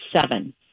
seven